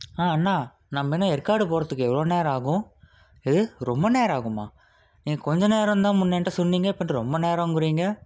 அண்ணா நம்ம இன்னும் ஏற்காடு போகறத்துக்கு எவ்வளோ நேரம் ஆகும் எது ரொம்ப நேரம் ஆகுமா கொஞ்சம் நேரம்தான் முன்ன என்கிட்ட சொன்னிங்க இப்போ என்கிட்ட ரொம்ப நேரங்குறிங்க